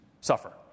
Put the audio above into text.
suffer